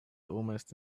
almost